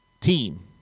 team